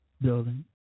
building